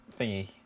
Thingy